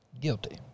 guilty